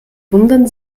wundern